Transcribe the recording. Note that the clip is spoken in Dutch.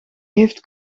heeft